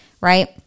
Right